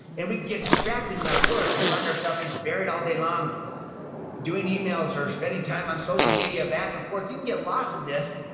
and we can get distracted in our work and find ourselves just buried all day long doing emails or spending time on social media back and forth. you can get lost in this,